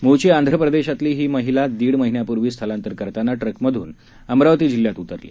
मूळची आंध्रप्रदेशातली असलेली ही महिला दीड महिन्यापूर्वी स्थलांतर करताना ट्रकमधून अमरावती जिल्ह्यात उतरली